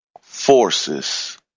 forces